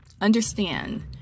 understand